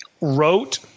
wrote